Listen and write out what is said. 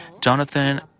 Jonathan